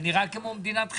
זה נראה כמו מדינת חלם.